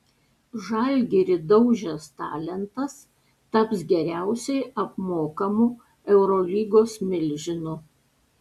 žalgirį daužęs talentas taps geriausiai apmokamu eurolygos milžinu